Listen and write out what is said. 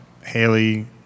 Haley